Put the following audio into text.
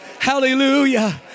Hallelujah